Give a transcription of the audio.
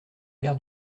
l’air